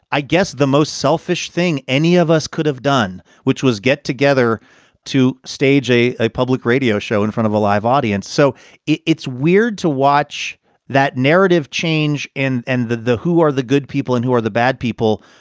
i guess. the most selfish selfish thing any of us could have done, which was get together to stage a a public radio show in front of a live audience, so it's weird to watch that narrative change and the the who are the good people and who are the bad people?